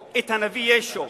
או את הנביא ישו,